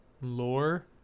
lore